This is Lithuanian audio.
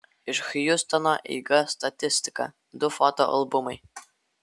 iš hjustono eiga statistika du foto albumai